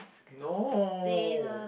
no